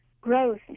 growth